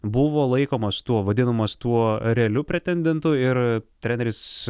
buvo laikomas tuo vadinamas tuo realiu pretendentu ir treneris